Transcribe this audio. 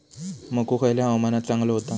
मको खयल्या हवामानात चांगलो होता?